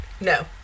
No